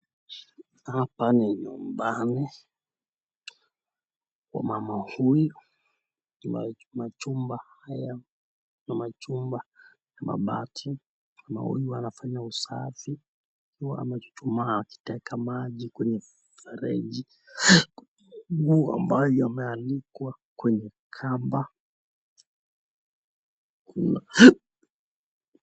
Hapa ni nyumbani, wama hiyu kwa majumba haya ni majumba ya mabati, mama huyu anafanya usafi akiwa amechuchumaa akiteka majinkwa mfrejii huu ambao umeanikwa kwenye kamba.